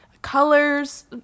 colors